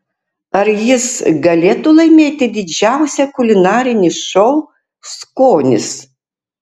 ar jis galėtų laimėti didžiausią kulinarinį šou skonis